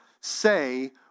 say